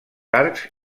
arcs